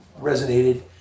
resonated